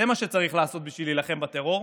זה מה שצריך לעשות בשביל להילחם בטרור,